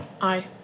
Aye